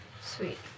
Sweet